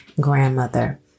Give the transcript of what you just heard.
grandmother